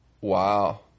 Wow